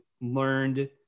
learned